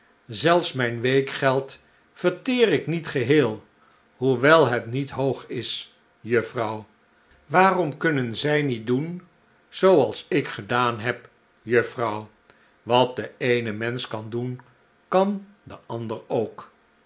zelfs mijn weekgeld yerteer ik niet geheel hoewel het niet hoog is juffrouw waarom kunnen zij niet doen zooals ik gedaan heb juffrouw wat de eene mensch kan doen kan de ander ook